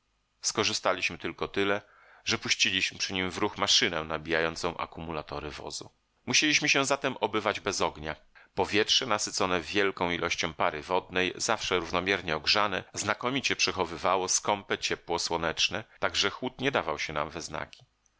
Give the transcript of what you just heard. skorzystaliśmy tylko tyle że puściliśmy przy nim w ruch maszynę nabijającą akumulatory wozu musieliśmy się zatem obywać bez ognia powietrze nasycone wielką ilością pary wodnej zawsze równomiernie ogrzane znakomicie przechowywało skąpe ciepło słoneczne tak że chłód nie dawał się nam we znaki